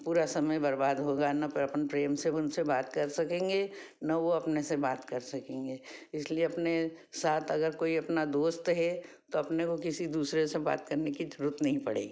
पूरा समय बर्बाद होगा न पो अपन प्रेम से उनसे बात सकेंगे न वह अपने से बात कर सकेंगे इसलिए अपने साथ अगर कोई अपना दोस्त है तो अपने को किसी दूसरे से बात करने की ज़रूरत नहीं पड़ेगी